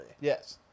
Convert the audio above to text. Yes